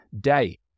day